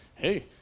Hey